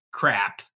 Crap